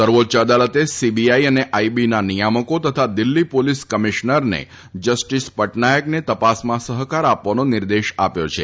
સર્વોચ્ય અદાલતે સીબીઆઈ અને આઈબીના નિયામકો તથા દિલ્ફી પોલીસ કમિશનરને જસ્ટીસ પટનાયકને તપાસમાં સફકાર આપવાનો નિર્દેશ આપ્યો છે